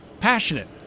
passionate